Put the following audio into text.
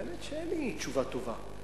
והאמת, אין לי תשובה טובה.